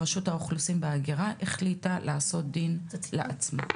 רשות האוכלוסין וההגירה החליטה לעשות דין לעצמה.